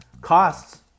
costs